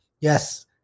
yes